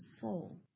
soul